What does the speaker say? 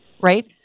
Right